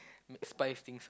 spice things up